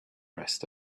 rest